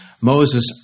Moses